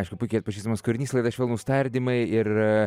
aišku puikiai atpažįstamas kūrinys laida švelnūs tardymai ir